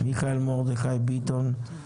מיכאל מרדכי ביטון,